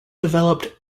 developed